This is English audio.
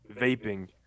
vaping